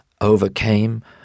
overcame